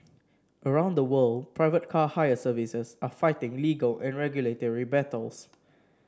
around the world private car hire services are fighting legal and regulatory battles